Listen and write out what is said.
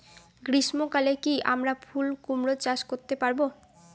গ্রীষ্ম কালে কি আমরা কুমরো চাষ করতে পারবো?